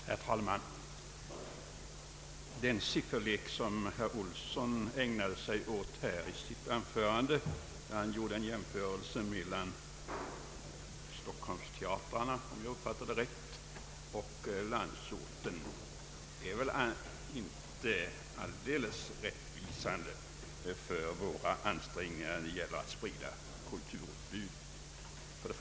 Herr talman! Den sifferlek som herr Olsson ägnade sig åt när han i sitt anförande gjorde en jämförelse mellan teatrarna i Stockholm och i landsorten, är väl inte alldeles rättvisande vad beträffar våra ansträngningar att sprida kulturutbudet.